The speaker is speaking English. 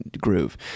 groove